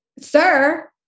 Sir